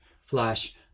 flash